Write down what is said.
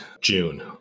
June